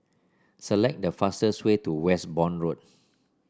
select the fastest way to Westbourne Road